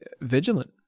vigilant